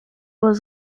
was